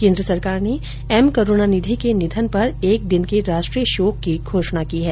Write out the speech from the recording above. केन्द्र सरकार ने एम करूणनिधि के निधन पर एक दिन के राष्ट्रीय शोक की घोषणा की है